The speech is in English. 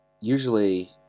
Usually